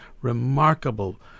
remarkable